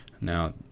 Now